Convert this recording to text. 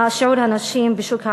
שיעור הנשים בשוק העבודה.